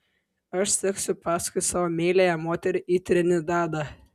aš seksiu paskui savo meiliąją moterį į trinidadą